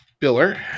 biller